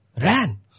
ran